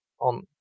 on